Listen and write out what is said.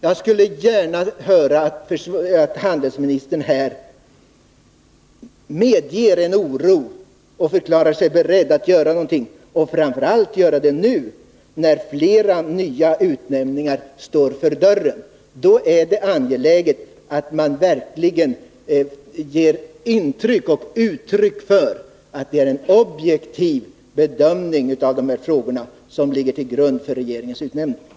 Jag skulle gärna se att handelsministern medger att han är orolig och att han förklarar sig beredd att göra någonting — framför allt göra det nu när flera nya utnämningar står för dörren. Då är det angeläget att man verkligen ger uttryck för att en objektiv bedömning av de här frågorna ligger till grund för regeringens utnämningar.